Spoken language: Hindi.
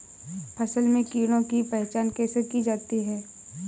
फसल में कीड़ों की पहचान कैसे की जाती है?